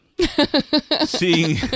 seeing